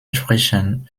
sprechern